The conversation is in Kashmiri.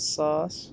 ساس